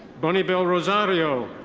bonibel rosario.